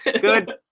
Good